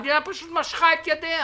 המדינה פשוט משכה את ידיה.